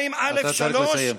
אתה צריך לסיים.